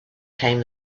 came